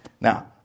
Now